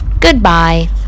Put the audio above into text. Goodbye